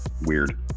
Weird